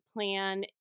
plan